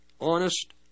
honest